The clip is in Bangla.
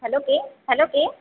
হ্যালো কে হ্যালো কে